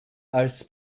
als